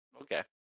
Okay